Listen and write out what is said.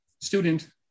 student